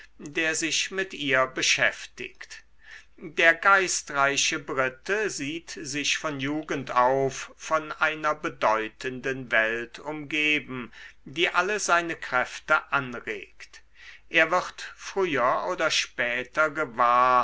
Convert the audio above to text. der sich mit ihr beschäftigt der geistreiche brite sieht sich von jugend auf von einer bedeutenden welt umgeben die alle seine kräfte anregt er wird früher oder später gewahr